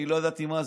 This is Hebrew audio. אני לא ידעתי מה זה.